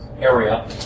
area